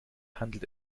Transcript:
handelt